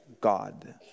God